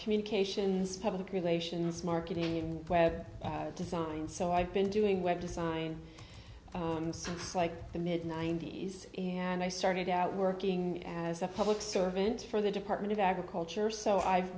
communications public relations marketing web design so i've been doing web design like the mid ninety's and i started out working as a public servant for the department of agriculture so i've